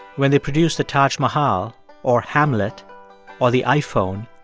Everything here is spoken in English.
when they produce the taj mahal or hamlet or the iphone,